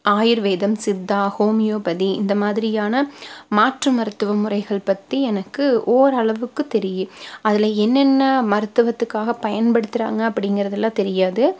ஆயுர்வேதம் சித்தா ஹோமியோபதி இந்த மாதிரியான மாற்று மருத்துவ முறைகள் பத்தி எனக்கு ஓரளவுக்குத் தெரியும் அதில் என்னென்ன மருத்துவத்துக்காக பயன்படுத்துறாங்க அப்படிங்கிறதுலாம் தெரியாது